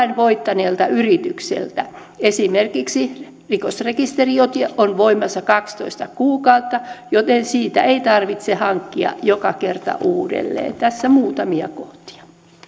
vain voittaneelta yritykseltä esimerkiksi rikosrekisteriote on voimassa kaksitoista kuukautta joten sitä ei tarvitse hankkia joka kerta uudelleen tässä muutamia kohtia